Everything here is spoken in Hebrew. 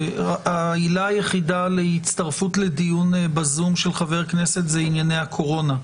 העילה היחידה להצטרפות לדיון בזום של חבר כנסת זה ענייני הקורונה.